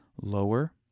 lower